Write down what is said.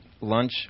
lunch